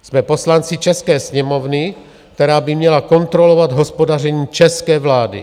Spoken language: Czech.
Jsme poslanci české Sněmovny, která by měla kontrolovat hospodaření české vlády.